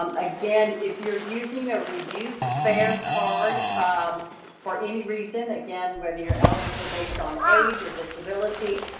um again, if you're using a reduced fare card um for any reason, again, whether you're eligible based on age or disability,